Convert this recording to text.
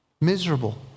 miserable